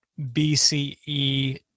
BCE